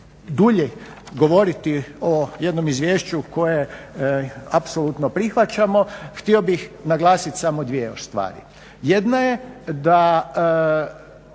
dulje govoriti o jednom izvješću koje apsolutno prihvaćamo. Htio bih naglasiti samo dvije još stvari. Jedna je da